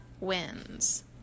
wins